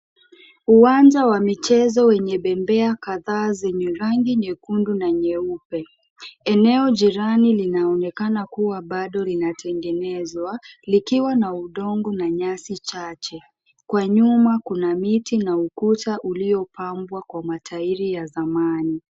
Uwanja wa michezo wenye bembea kadhaa zenye rangi nyekundu na nyeupe. Eneo jirani linaonekana kuwa bado linatengenezwa likiwa na udongo na nyasi chache, kwa nyuma kuna miti na ukuta uliopambwa kwa mataili ya thamani.